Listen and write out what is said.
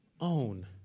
own